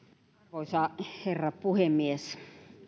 arvoisa herra puhemies